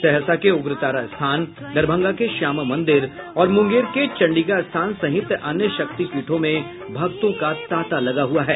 सहरसा के उग्रतारा स्थान दरभंगा के श्यामा मंदिर और मुंगेर के चंडिकास्थान सहित अन्य शक्तिपीठों में भक्तों का तांता लगा हुआ है